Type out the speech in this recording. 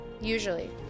usually